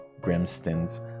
Grimston's